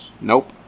Nope